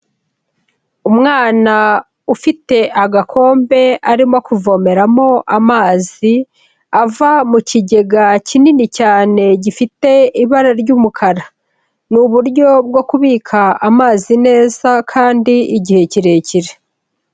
Umwana ufite agakombe arimo kuvomeramo amazi ava mu kigega kinini cyane gifite ibara ry'umukara. Ni uburyo bwo kubika amazi neza kandi igihe kirekire.